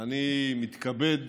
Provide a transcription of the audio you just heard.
אני מתכבד